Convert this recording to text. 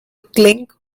clink